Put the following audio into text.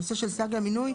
הנושא של סייג למינוי,